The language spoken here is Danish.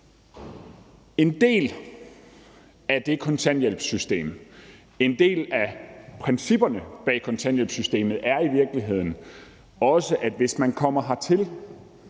med denne aftale. En del af principperne bag kontanthjælpssystemet er i virkeligheden også, at man, hvis man kommer hertil